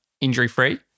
injury-free